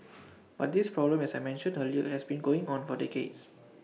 but this problem as I mentioned earlier has been going on for decades